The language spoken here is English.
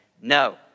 No